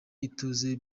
ituze